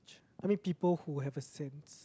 I meant people who have a sense